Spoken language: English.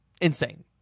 Insane